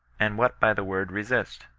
and what by the word resist